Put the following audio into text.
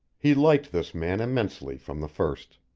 he liked this man immensely from the first.